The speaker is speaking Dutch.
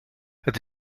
het